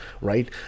Right